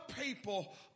people